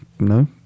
No